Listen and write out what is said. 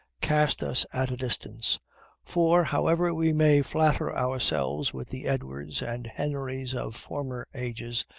cast us at a distance for, however we may flatter ourselves with the edwards and henrys of former ages,